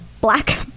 black